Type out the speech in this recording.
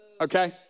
okay